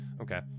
Okay